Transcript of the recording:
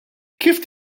kif